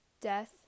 death